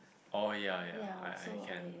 oh ya ya I I can